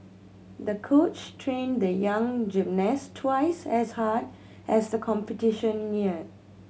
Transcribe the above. the coach trained the young gymnast twice as hard as the competition neared